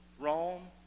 Rome